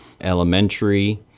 elementary